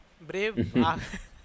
Brave